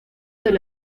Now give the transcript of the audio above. del